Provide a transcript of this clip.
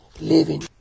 living